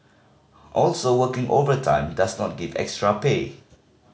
also working overtime does not give extra pay